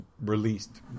released